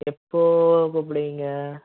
எப்போது கூப்பிடுவீங்க